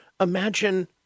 imagine